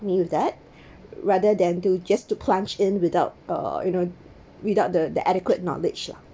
knew that rather than to just to plunge in without uh you know without the the adequate knowledge lah